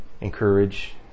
encourage